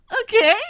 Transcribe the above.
Okay